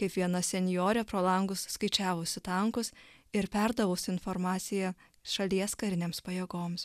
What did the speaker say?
kaip viena senjorė pro langus skaičiavusi tankus ir perdavus informaciją šalies karinėms pajėgoms